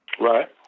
Right